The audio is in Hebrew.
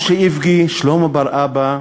משה איבגי, שלמה בראבא,